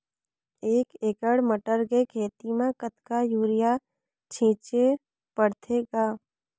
एक एकड़ मटर के खेती म कतका युरिया छीचे पढ़थे ग?